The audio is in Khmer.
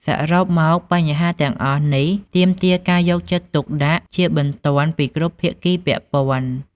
សរុបមក បញ្ហាទាំងអស់នេះទាមទារការយកចិត្តទុកដាក់ជាបន្ទាន់ពីគ្រប់ភាគីពាក់ព័ន្ធ។